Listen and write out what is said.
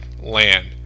land